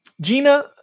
Gina